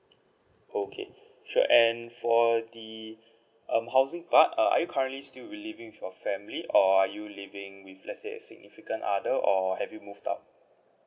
okay sure and for the um housing part uh are you currently still be living with your family or are you living with let's say a significant other or have you moved out